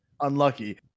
unlucky